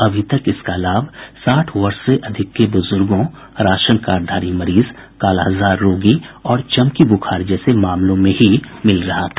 अभी तक इसका लाभ साठ वर्ष से अधिक के बुजुर्गों राशन कार्डधारी मरीज कालाजार रोगी और चमकी बुखार जैसे मामलों में ही मिल रहा था